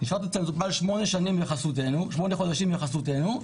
הוא נשאר אצל המטופל שמונה חודשים בחסותנו,